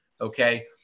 okay